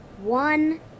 One